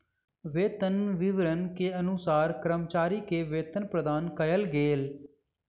वेतन विवरण के अनुसार कर्मचारी के वेतन प्रदान कयल गेल